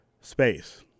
space